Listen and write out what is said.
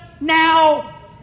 now